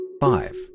Five